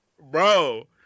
Bro